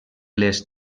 les